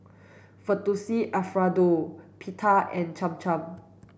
Fettuccine Alfredo Pita and Cham Cham